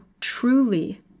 truly